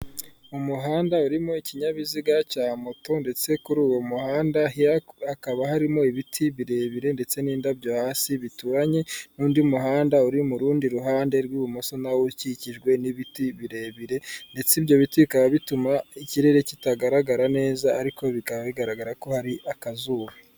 Umuhanda urimo ikinyabiziga cya moto ndetse kuri uwo muhanda hakaba harimo ibiti birebire ndetse n'indabyo hasi bituranye n'undi muhanda uri mu rundi ruhande rw'ibumoso na wo ukikijwe n'ibiti birebire ndetse ibyo biti bikaba bituma ikirere kitagaragara neza ariko bikaba bigaragara ko hari akazuba.